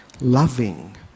loving